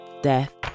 death